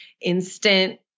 instant